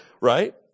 right